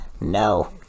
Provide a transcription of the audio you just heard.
No